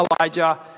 Elijah